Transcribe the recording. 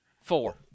Four